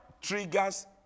triggers